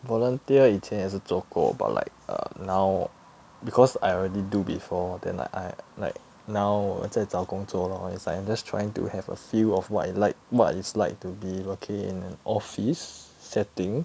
volunteer 以前也是做过 but like err now because I already do before then like I like now 在找工作 lor it's like I'm just trying to have a feel of what I like what it's like to be working in an office setting